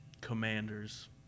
Commanders